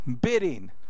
bidding